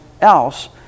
else